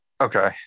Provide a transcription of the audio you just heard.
Okay